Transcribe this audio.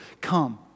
Come